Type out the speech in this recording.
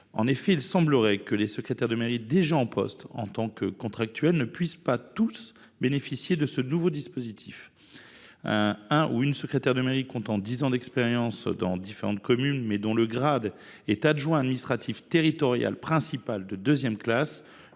mairie. Il semblerait que les secrétaires de mairie déjà en poste en tant que contractuels ne puissent pas tous bénéficier du nouveau dispositif prévu par cette loi. Un secrétaire de mairie comptant dix ans d’expérience dans différentes communes, mais dont le grade est adjoint administratif territorial principal de deuxième classe,